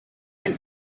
and